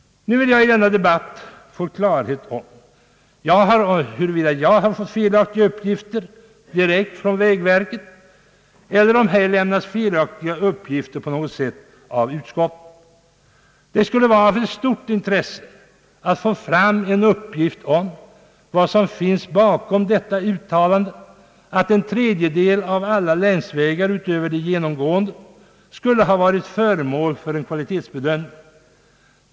Nu vill jag i denna debatt få klarhet om huruvida jag har fått felaktiga uppgifter direkt från vägverket eller om här lämnas felaktiga uppgifter av utskottet. Det skulle vara av stort intresse att få fram en uppgift om vad som finns bakom detta uttalande att en tredjedel av alla länsvägar utöver de genomgående skulle ha varit föremål för en kvalitetsbedömning.